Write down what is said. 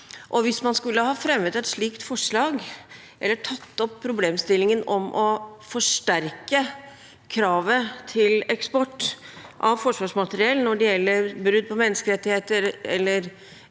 Hvis man skulle ha fremmet et slikt forslag, eller tatt opp problemstillingen om å forsterke kravet til eksport av forsvarsmateriell når det gjelder brudd på menneskerettigheter, når